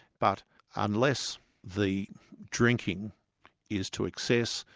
but unless the drinking is to excess,